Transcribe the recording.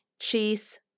cheese